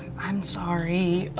i'm sorry,